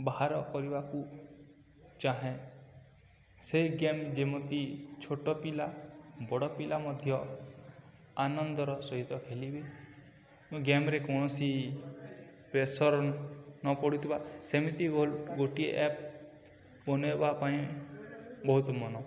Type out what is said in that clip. ବାହାର କରିବାକୁ ଚାହେଁ ସେଇ ଗେମ୍ ଯେମିତି ଛୋଟ ପିଲା ବଡ଼ ପିଲା ମଧ୍ୟ ଆନନ୍ଦର ସହିତ ଖେଲିବେ ଗେମ୍ରେ କୌଣସି ପ୍ରେସର୍ ନ ପଡ଼ୁଥିବା ସେମିତି ଗୋଟିଏ ଆପ୍ ବନେଇବା ପାଇଁ ବହୁତ ମନ